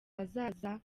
hazaza